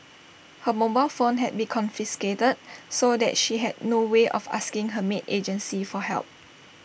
her mobile phone had been confiscated so that she had no way of asking her maid agency for help